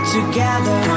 Together